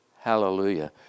Hallelujah